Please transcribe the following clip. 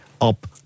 up